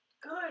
good